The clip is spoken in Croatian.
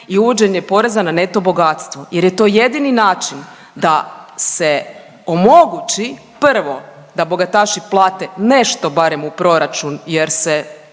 i uvođenje poreza na neto bogatstvo jer je to jedini način da se omogući prvo, da bogataši plate nešto barem u proračun jer se